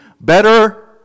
better